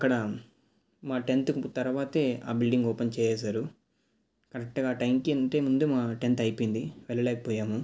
అక్కడ మా టెన్త్ తరువాతే ఆ బిల్డింగ్ ఓపెన్ చేసేసారు కరెక్ట్గా టైంకి అంటే ముందే మా టెన్త్ అయిపోయింది వెళ్ళలేకపోయాము